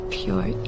pure